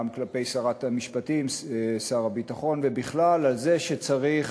גם כלפי שרת המשפטים ושר הביטחון ובכלל על זה שצריך